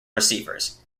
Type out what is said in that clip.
receivers